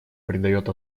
придает